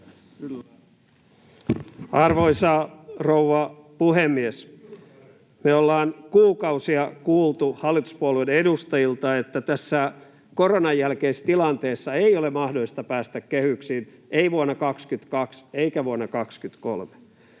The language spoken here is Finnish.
Arvoisa rouva puhemies! Me ollaan kuukausia kuultu hallituspuolueiden edustajilta, että tässä koronan jälkeisessä tilanteessa ei ole mahdollista päästä kehyksiin, ei vuonna 22 eikä vuonna 23.